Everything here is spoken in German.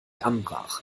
anbrach